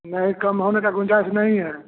नहीं कम होने की गुंजाइश नहीं है